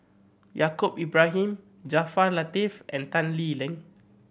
Yaacob Ibrahim Jaafar Latiff and Tan Lee Leng